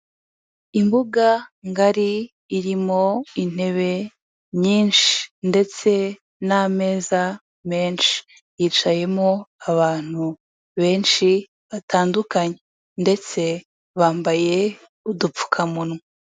Imbuga ngari irimo intebe nyinshi ndetse n'amezaza menshi, yicayemo abantu benshi batandukanye ndetse bambaye udupfukamunwa.